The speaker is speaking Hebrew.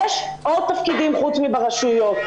יש עוד תפקידים חוץ מברשויות.